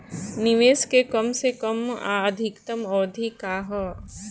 निवेश के कम से कम आ अधिकतम अवधि का है?